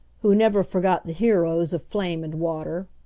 who never forgot the heroes of flame and water.